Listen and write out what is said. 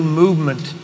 movement